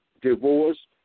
divorce